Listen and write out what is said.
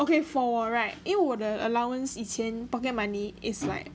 okay for right 因为我的 allowance 以前 pocket money is like